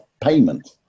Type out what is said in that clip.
payment